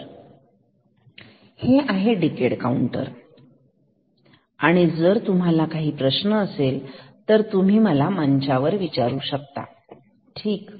तर हे आहे डीकेड काउंटर आणि जर तुम्हाला काही प्रश्न असेल तर तुम्ही मला मंचावर विचारू शकता ठीक